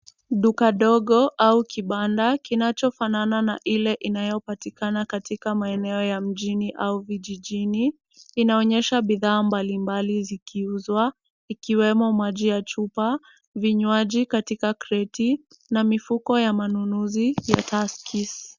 Duka ndogo au kibanda kinachofanana na ile inayopatikana katika maeneo ya mjini au vijijini. Inaonyesha bidhaa mbalimbali zikiuzwa ikiwemo maji ya chupa, vinywaji katika kreti na mifuko ya manunuzi ya Tuskys.